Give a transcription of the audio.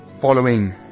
following